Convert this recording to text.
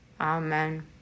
Amen